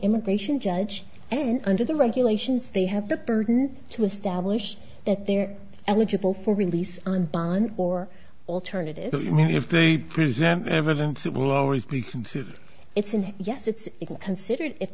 immigration judge and under the regulations they have the burden to establish that they're eligible for release on bond or alternatively if they present evidence it will always be considered it's an yes it's considered if